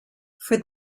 for